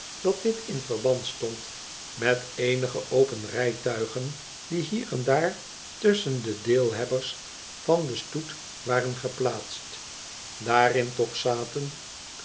dat dit in verband stond met eenige open rijtuigen die hier en daar tusschen de deelhebbers van den stoet waren geplaatst daarin toch zaten